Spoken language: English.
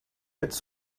its